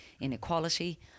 inequality